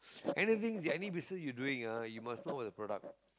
anything any business you are doing ah you must know your product